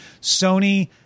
Sony